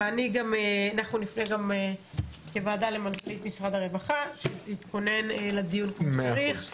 אנחנו נפנה גם כוועדה למנכ"לית משרד הרווחה שתתכונן לדיון כמו שצריך,